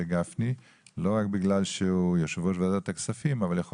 גפני ולא רק בגלל שהוא יושב ראש ועדת הכספים אבל יכול